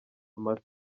amata